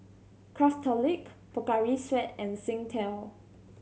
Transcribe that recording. Craftholic Pocari Sweat and Singtel